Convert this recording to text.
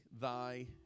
thy